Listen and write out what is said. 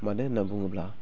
मानो होनना बुङोब्ला